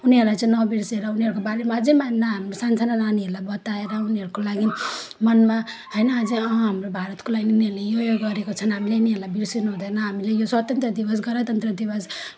उनीहरूलाई चाहिँ नबिर्सेर उनीहरूको बारेमा अझै मा ना हाम्रो सानसानो नानीहरूलाई बताएर उनीहरूको लागि मनमा होइन अझै हाम्रो भारतको लागि उनीहरूले यो यो गरेको छन् हामीले पनि यिनलाई बिर्सिनुहुँदैन हामीले यो स्वतन्त्र दिवस यो गणतन्त्र दिवस